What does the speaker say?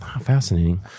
fascinating